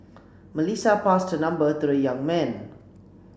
Melissa passed her number to the young man